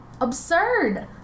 Absurd